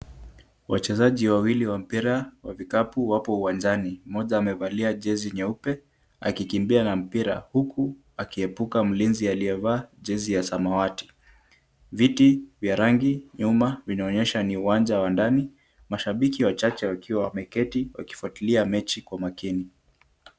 Wachezaji wawili wa mpira wa vikapu wapo uwanjani. Mmoja amevalia jezi nyeupe akikimbia na mpira, huku akiepuka mlinzi aliyevaa jezi ya samawati. Viti vya rangi nyuma vinaonyesha ni uwanja wa ndani, mashabiki wachache wakiwa wameketi wakifuatilia mechi kwa makini.